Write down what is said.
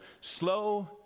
slow